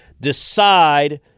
decide